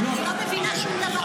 אני לא מבינה שום דבר,